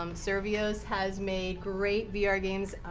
um survios has made great vr games.